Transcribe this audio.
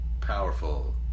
powerful